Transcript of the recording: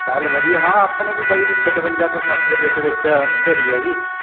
ਚਲ ਵਧੀਆ ਹਾਂ ਆਪਣੇ ਵੀ ਬਾਈ ਪਚਵੰਜਾ ਤੋਂ ਸੱਠ ਦੇ ਵਿੱਚ ਵਿੱਚ ਝੜੀ ਹੈਗੀ